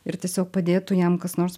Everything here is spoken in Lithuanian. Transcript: ir tiesiog padėtų jam kas nors